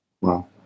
Wow